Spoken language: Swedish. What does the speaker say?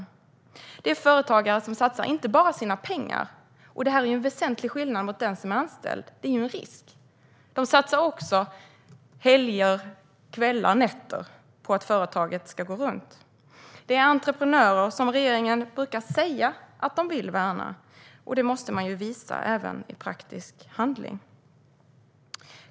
Det handlar om företagare som inte bara satsar sina pengar, vilket är en väsentlig skillnad mot den som är anställd. Det innebär en risk. Företagare satsar också helger, kvällar och nätter för att företaget ska gå runt. Regeringen brukar säga att man vill värna dessa entreprenörer, men man måste visa det även i praktisk handling.